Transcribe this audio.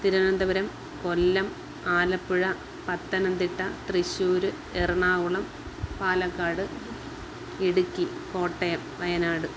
Thiruvananthapuram Kollam Alappuzha Pathanamthitta Thrissur Ernakulam Palakkad Idukki Kottayam Wayanad